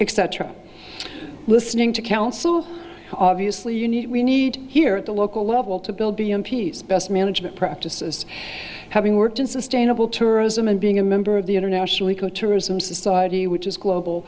truck listening to council obviously you need we need here at the local level to build b m p's best management practices having worked in sustainable tourism and being a member of the international eco tourism society which is global